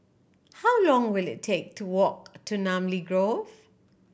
how long will it take to walk to Namly Grove